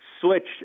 switch